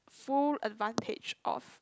full advantage of